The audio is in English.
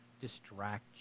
distract